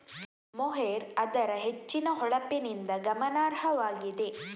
mohair ಅದರ ಹೆಚ್ಚಿನ ಹೊಳಪಿನಿಂದ ಗಮನಾರ್ಹವಾಗಿದೆ